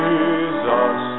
Jesus